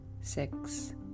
six